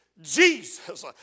Jesus